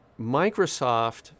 microsoft